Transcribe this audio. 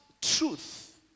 truth